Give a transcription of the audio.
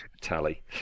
tally